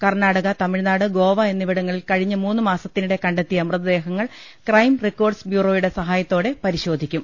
കർണ്ണാടക തമിഴ്നാട് ഗോവ എന്നിവിടങ്ങളിൽ കഴിഞ്ഞ മൂന്ന് മാസത്തിനിടെ കണ്ടെ ത്തിയ മൃതദ്ദേഹങ്ങൾ ക്രൈം റിക്കോർഡ്സ് ബ്യൂറോയുടെ സഹായ ത്തോടെ പരിശോധിക്കും